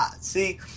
See